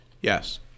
yes